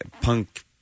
punk